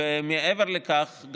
ומעבר לכך,